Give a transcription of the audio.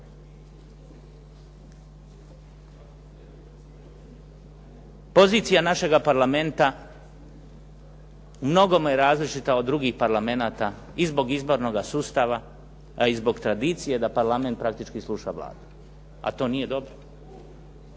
Pozicija našega Parlamenta u mnogome je različita od drugih parlamenata i zbog izbornoga sustava, a i zbog tradicije da Parlament praktički sluša Vladu, a to nije dobro.